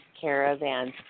caravans